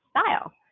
style